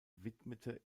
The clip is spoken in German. widmete